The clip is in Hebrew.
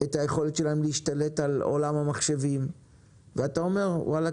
את היכולת שלהם להשתלט על עולם המחשבים ואתה אומר 'וואלק,